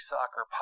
Soccer